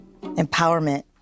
Empowerment